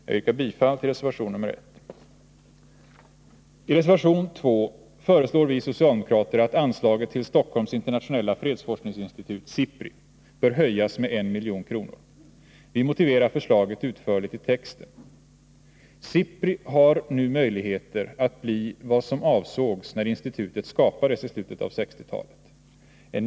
Jag yrkar bifall till reservation 1. I reservation 2 föreslår vi socialdemokrater att anslaget till Stockholms internationella fredsforskningsinstitut, SIPRI, skall höjas med 1 milj.kr. Vi motiverar det förslaget utförligt i texten. SIPRI har nu möjligheter att bli vad som avsågs när institutet skapades i slutet av 1960-talet.